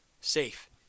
safe